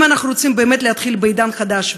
אם אנחנו רוצים באמת להתחיל בעידן חדש,